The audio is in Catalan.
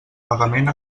pagament